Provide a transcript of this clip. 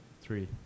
Three